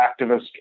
activist